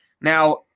Now